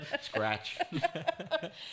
scratch